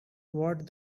what